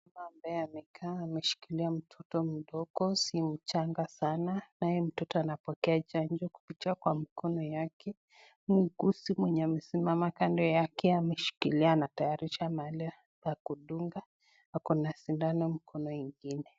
Ambaye amekaa ameshikilia mtoto mdogo, si mchanga sana naye mtoto anapokea chanjo kupi